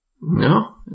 No